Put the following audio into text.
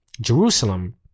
Jerusalem